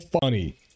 funny